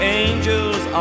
angels